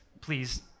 Please